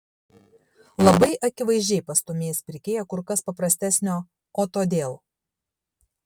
labai akivaizdžiai pastūmės pirkėją kur kas paprastesnio o todėl